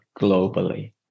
globally